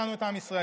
ממשלת